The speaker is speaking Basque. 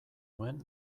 nuen